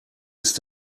ist